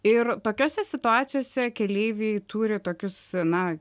ir tokiose situacijose keleiviai turi tokius na